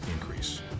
increase